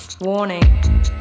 Warning